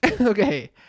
Okay